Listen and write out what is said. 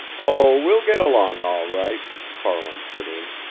oh, we'll get along all right, farland put in.